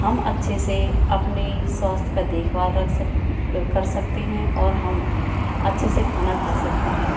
हम अच्छे से अपनी स्वास्थ का देखभाल रख सक कर सकते हैं और हम अच्छे से खाना खा सकते हैं